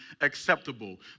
acceptable